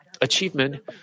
achievement